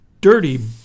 dirty